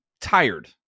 tired